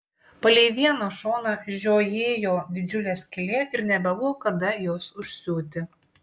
palei vieną šoną žiojėjo didžiulė skylė ir nebebuvo kada jos užsiūti